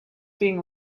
being